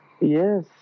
Yes